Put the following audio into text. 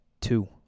two